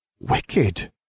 Wicked